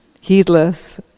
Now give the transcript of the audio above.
heedless